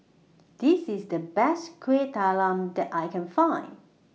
This IS The Best Kuih Talam that I Can Find